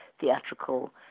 theatrical